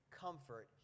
comfort